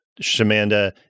Shamanda